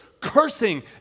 cursing